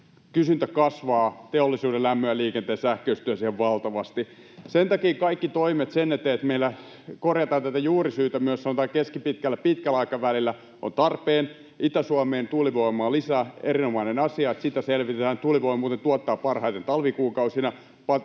kysyntä kasvaa teollisuuden, lämmön ja liikenteen sähköistyessä ihan valtavasti. Sen takia kaikki toimet sen eteen, että meillä korjataan tätä juurisyytä myös, sanotaan, keskipitkällä ja pitkällä aikavälillä, ovat tarpeen. Itä-Suomeen tuulivoimaa lisää — erinomainen asia, että sitä selvitetään. Tuulivoima muuten tuottaa parhaiten talvikuukausina.